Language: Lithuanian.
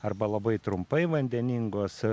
arba labai trumpai vandeningos